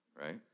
right